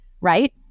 right